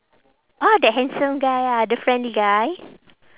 ah that handsome guy ah the friendly guy